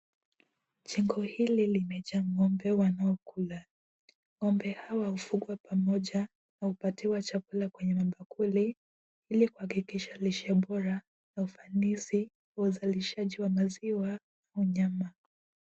Jengo hili limejaa ng'ombe wanaokula. Ng'ombe hawa hufugwa pamoja na hupatiwa chakula kwenye mabakuli ili kuhakikisha lishe bora na ufanisi wa uzalishaji wa maziwa au nyama.